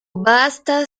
basta